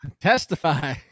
testify